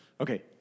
Okay